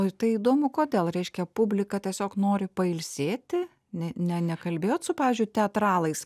o tai įdomu kodėl reiškia publika tiesiog nori pailsėti ne ne nekalbėjot su pavyzdžiui teatralais